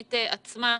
בתוכנית עצמה.